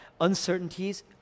uncertainties